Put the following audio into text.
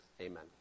Amen